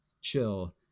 chill